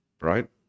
right